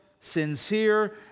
sincere